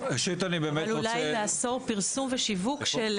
אולי לאסור פרסום ושיווק של